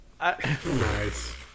nice